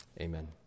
Amen